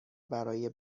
برای